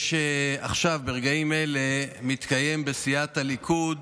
עכשיו, ברגעים אלה, מתקיים בסיעת הליכוד